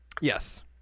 Yes